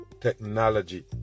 technology